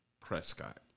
Prescott